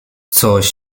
coś